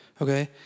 Okay